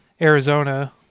Arizona